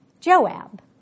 Joab